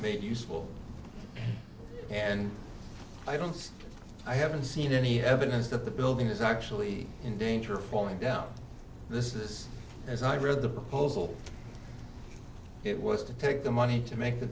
made useful and i don't i haven't seen any evidence that the building is actually in danger of falling down this is as i read the proposal it was to take the money to make the